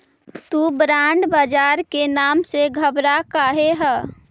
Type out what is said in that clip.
तु बॉन्ड बाजार के नाम से घबरा काहे ह?